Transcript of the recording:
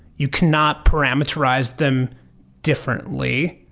you cannot parameterize them differently.